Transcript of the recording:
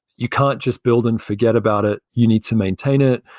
you can't just build and forget about it. you need to maintain it.